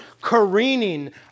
careening